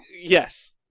Yes